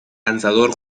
lanzador